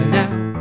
now